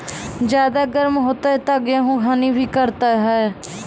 ज्यादा गर्म होते ता गेहूँ हनी भी करता है?